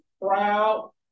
proud